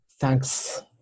thanks